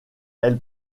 elle